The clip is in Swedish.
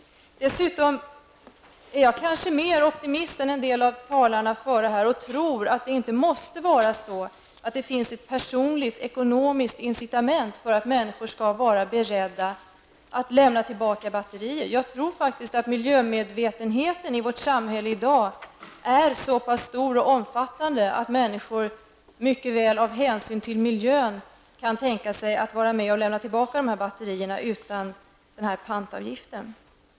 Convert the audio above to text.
Kanske är jag också mer optimist än en del av de tidigare talarna här. Jag tror nämligen att det inte måste vara ett personligt ekonomiskt incitament för att människor skall vara beredda att lämna tillbaka batterier. Jag tror faktiskt att miljömedvetenheten i vårt samhälle i dag är så pass stark att människor av hänsyn till miljön mycket väl kan tänka sig att vara med och lämna tillbaka de här batterierna utan pantavgiften.